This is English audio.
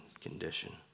condition